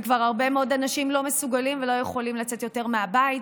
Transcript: וכבר הרבה מאוד אנשים לא מסוגלים ולא יכולים לצאת יותר מהבית,